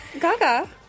Gaga